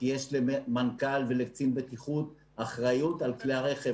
יש למנכ"ל ולקצין בטיחות אחריות על כלי הרכב,